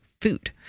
food